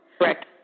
Correct